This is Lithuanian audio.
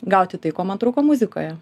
gauti tai ko man trūko muzikoje